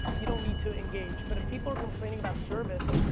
you don't need to engage, but if people are complaining about service,